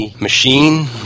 machine